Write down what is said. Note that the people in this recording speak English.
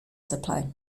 supply